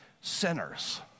sinners